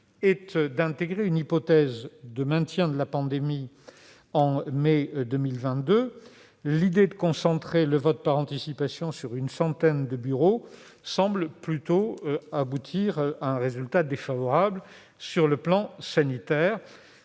était d'intégrer l'hypothèse d'un maintien de la pandémie en mai 2022, l'idée de concentrer le vote par anticipation sur une centaine de bureaux semblerait plutôt aboutir à un résultat défavorable sur le plan sanitaire.